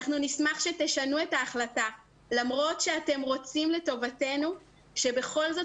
נשמח שתשנו את ההחלטה למרות שאתם רוצים את טובתנו ובכל זאת